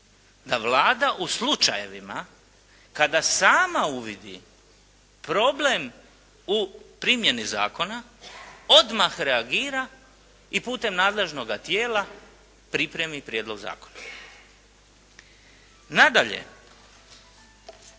da Vlada u slučajevima kada sama uvidi problem u primjeni zakona odmah reagira i putem nadležnoga tijela pripremi prijedlog zakona. Nadalje,